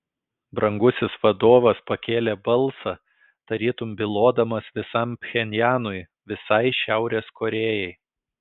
brangusis vadovas pakėlė balsą tarytum bylodamas visam pchenjanui visai šiaurės korėjai